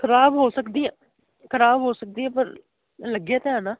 ਖ਼ਰਾਬ ਹੋ ਸਕਦੀਆਂ ਖ਼ਰਾਬ ਹੋ ਸਕਦੀ ਹੈ ਪਰ ਲੱਗੇ ਤਾ ਨਾ